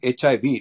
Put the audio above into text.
HIV